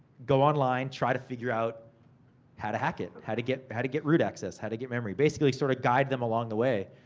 go online, try to figure out how to hack it. how to get how to get root access. how to get memory. basically, sorta, guide them along the way,